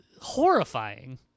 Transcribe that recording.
horrifying